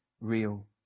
real